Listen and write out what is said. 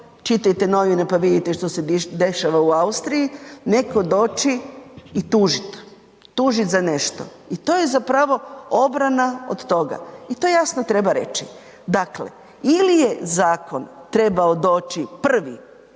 čitajte novine što se dešava u Austriji, neko doći i tužiti, tužit za nešto i to je zapravo obrana od toga i to jasno treba reći. Dakle, ili je zakon trebao doći prvi